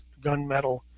gunmetal